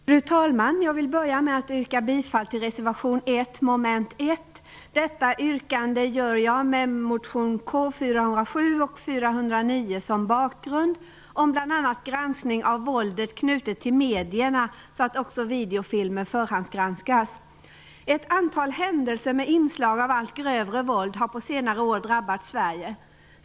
Fru talman! Jag vill först yrka bifall till reservation granskning av det våld som är knutet till medierna, inklusive att videofilmer skall förhandsgranskas. Ett antal händelser med inslag av allt grövre våld har på senare år drabbat Sverige.